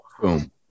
Boom